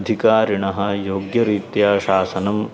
अधिकारिणः योग्यरीत्या शासनम्